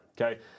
okay